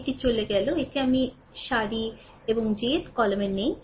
এটি চলে গেল এটি আমি সারি এবং jth কলামে নেই